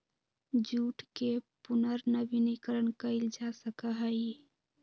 jute के पुनर्नवीनीकरण कइल जा सका हई